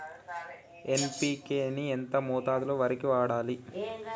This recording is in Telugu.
ఎన్.పి.కే ని ఎంత మోతాదులో వరికి వాడాలి?